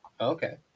Okay